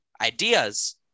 ideas